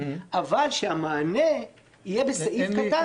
אבל שהמענה יהיה בסעיף קטן,